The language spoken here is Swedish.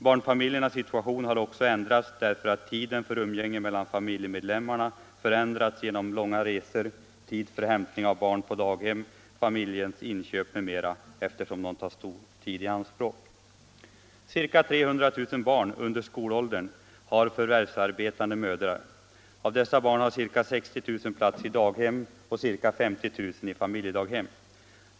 Barnfamiljernas situation har också ändrats därför att tiden för umgänge mellan familjemedlemmarna förändrats genom att långa resor, hämtning av barn på daghem, familjens inköp m.m. tar stor tid i anspråk. Ca 300 000 barn under skolåldern har förvärvsarbetande mödrar. Av dessa barn har ca 60 000 plats i daghem och ca 50 000 i familjedaghem.